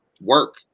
work